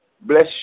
Bless